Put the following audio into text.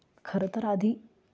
खरं तर आधी